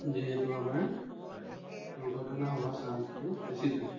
যিহেতু আমাৰ দুৰ্ঘটনা হোৱা চান্সটোও বেছি থাকে